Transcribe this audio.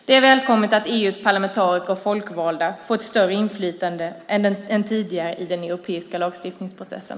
Det är välkommet att EU:s parlamentariker och folkvalda får ett större inflytande än tidigare i den europeiska lagstiftningsprocessen.